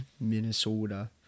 Minnesota